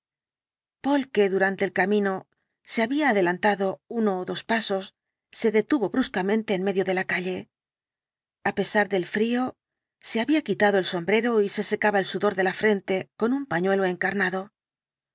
que durante el camino se había adelantado uno ó dos pasos se detuvo bruscamente en medio de la calle á pesar del frío se había quitado el sombrero y se secaba el sudor de la frente con un pañuelo encarnado